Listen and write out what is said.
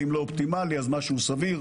ואם לא אופטימלי, אז משהו סביר.